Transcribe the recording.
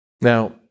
Now